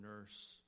nurse